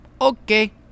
okay